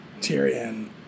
Tyrion